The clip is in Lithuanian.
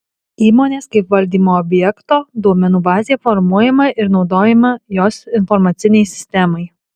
įmonės kaip valdymo objekto duomenų bazė formuojama ir naudojama jos informacinei sistemai